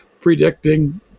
predicting